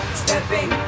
stepping